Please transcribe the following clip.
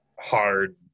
hard